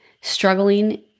Struggling